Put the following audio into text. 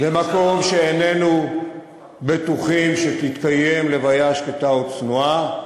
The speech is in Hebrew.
במקום שאיננו בטוחים שתתקיים לוויה שקטה וצנועה,